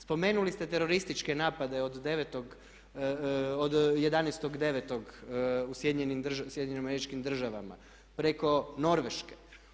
Spomenuli ste terorističke napade od 11.09. u SAD-u, preko Norveške.